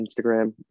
Instagram